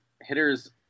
hitters